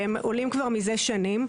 והם עולים כבר מזה שנים,